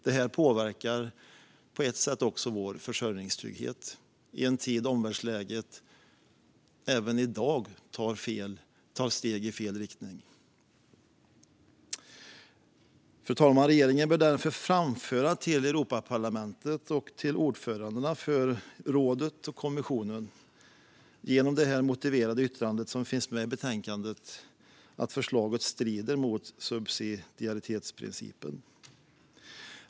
Det påverkar på ett sätt också vår försörjningstrygghet, i en tid då omvärldsläget även i dag tar steg i fel riktning. Fru talman! Regeringen bör därför framföra till Europaparlamentet och till ordförandena för rådet och kommissionen, genom det motiverade yttrandet i betänkandet, att förslaget strider mot subsidiaritetsprincipen.